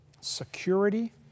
security